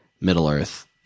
Middle-earth